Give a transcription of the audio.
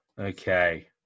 Okay